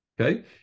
Okay